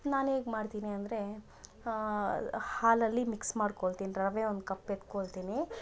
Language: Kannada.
ನಾನ್ ಹೇಗೆ ಮಾಡ್ತೀನಿ ಅಂದರೆ ಹಾಲಲ್ಲಿ ಮಿಕ್ಸ್ ಮಾಡ್ಕೊಳ್ತಿನಿ ರವೆ ಒಂದು ಕಪ್ ಎತ್ಕೊಳ್ತಿನಿ